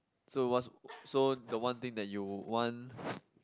so what's so the one thing that you want